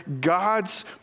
God's